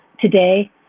today